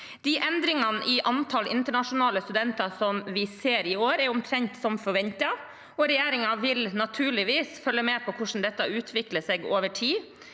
Endringene i antall internasjonale studenter som vi ser i år, er omtrent som forventet, og regjeringen vil naturligvis følge med på hvordan dette utvikler seg over tid.